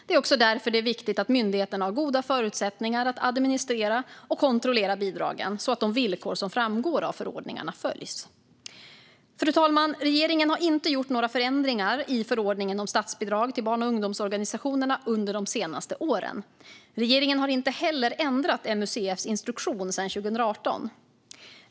Det är också därför det är viktigt att myndigheterna har goda förutsättningar att administrera och kontrollera bidragen så att de villkor som framgår av förordningarna följs. Fru talman! Regeringen har inte gjort några förändringar i förordningen om statsbidrag till barn och ungdomsorganisationer under de senaste åren. Regeringen har inte heller ändrat MUCF:s instruktion sedan 2018.